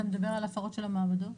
אתה מדבר על הפרות של המעבדות?